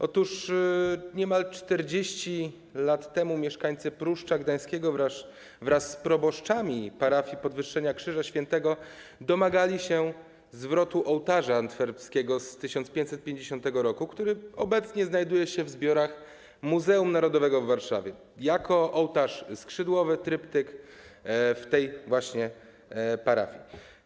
Otóż niemal 40 lat temu mieszkańcy Pruszcza Gdańskiego wraz z proboszczami parafii Podwyższenia Krzyża Świętego domagali się zwrotu ołtarza antwerpskiego z 1550 r., który obecnie znajduje się w zbiorach Muzeum Narodowego w Warszawie jako ołtarz skrzydłowy, tryptyk z tej właśnie parafii.